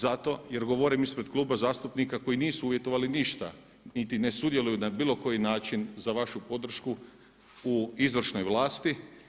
Zato jer govorim ispred kluba zastupnika koji nisu uvjetovali ništa niti ne sudjeluju na bilo koji način za vašu podršku u izvršnoj vlasti.